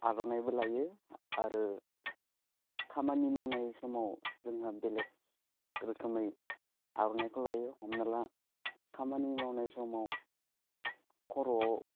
आर'नाइबो लायो आरो खामानि मावनाय समाव जोंहा बेलेक रोखोमै आर'नाइखौ लायो हमना ला खामानि मावनाय समाव खर'आव